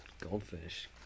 goldfish